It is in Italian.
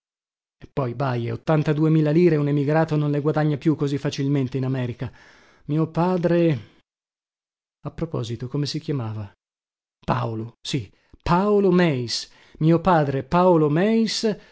e poi baje ottantadue mila lire un emigrato non le guadagna più così facilmente in america mio padre a proposito come si chiamava paolo sì paolo meis mio padre paolo meis